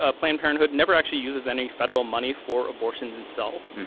ah planned parenthood never actually uses any federal money for abortions itself.